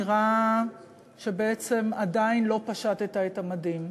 נראה שבעצם עדיין לא פשטת את המדים,